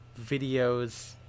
videos